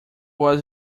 was